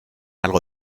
algo